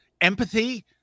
empathy